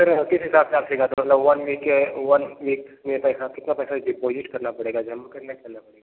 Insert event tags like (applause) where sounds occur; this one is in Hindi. सर आप किस हिसाब से आप सिखाते हो मतलब वन वीक वन वीक में पैसा कितना पैसा (unintelligible) डिपॉज़िट करना पड़ेगा जमा करना पड़ेगा